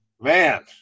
Man